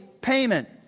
payment